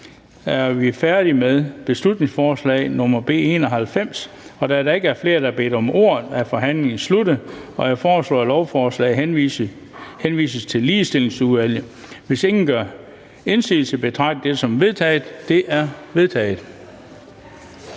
er færdige med beslutningsforslag nr. B 91. Da der ikke er flere, der har bedt om ordet, er forhandlingen sluttet. Jeg foreslår, at lovforslaget henvises til Ligestillingsudvalget. Hvis ingen gør indsigelse, betragter jeg det som vedtaget. Det er vedtaget.